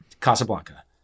Casablanca